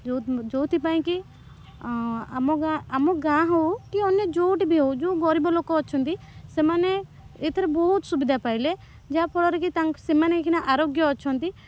ଯେଉଁ ଯେଉଁଥିପାଇଁ କି ଆମ ଗାଁ ଆମ ଗାଁ ହେଉ କି ଅନ୍ୟ ଯେଉଁଠି ବି ହେଉ ଯେଉଁ ଗରିବ ଲୋକ ଅଛନ୍ତି ସେମାନେ ଏଇଥିରେ ବହୁତ ସୁବିଧା ପାଇଲେ ଯାହାଫଳରେ କି ତାଙ୍କ ସେମାନେ ଆରୋଗ୍ୟ ଅଛନ୍ତି